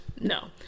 no